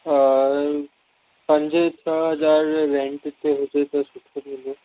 पंज छह हज़ार रेंट ते हुजे त सुठो थींदो